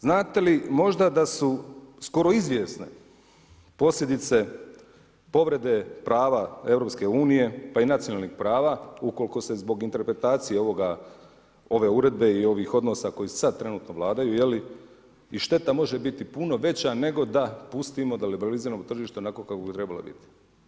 Znate li možda da su skoro izvjesne posljedice povrede prava EU pa i nacionalnih prava ukoliko se zbog interpretacije ove uredbe i ovih odnosa koji sada trenutno vladaju i šteta može biti puno veća nego da pustimo da liberaliziranog tržišta onako kako bi trebalo biti.